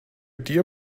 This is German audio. dir